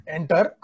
Enter